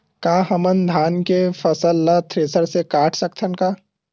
का हमन धान के फसल ला थ्रेसर से काट सकथन का?